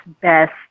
best